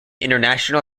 international